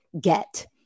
get